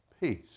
peace